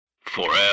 Forever